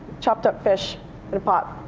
chopped up fish in a pot.